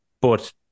But-